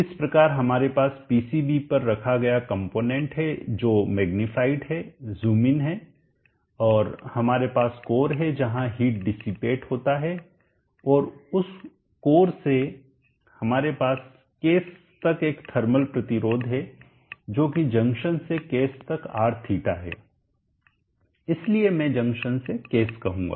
इस प्रकार हमारे पास पीसीबी पर रखा गया कंपोनेंट है जो मैग्नीफाइड है ज़ूम इन है और हमारे पास कोर है जहां हिट डीसीपेट होता है और उस कोर से हमारे पास केस तक एक थर्मल प्रतिरोध है और जो कि जंक्शन से केस तक Rθ है इसलिए मैं जंक्शन से केस कहूंगा